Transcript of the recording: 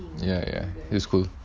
ya ya he is cool